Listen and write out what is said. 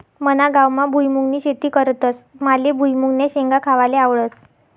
मना गावमा भुईमुंगनी शेती करतस माले भुईमुंगन्या शेंगा खावाले आवडस